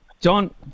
John